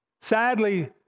Sadly